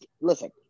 listen